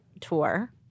tour